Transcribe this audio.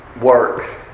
work